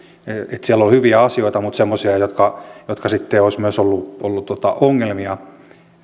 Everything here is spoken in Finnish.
että siellä on hyviä asioita mutta semmoisia jotka jotka sitten olisivat myös olleet ongelmia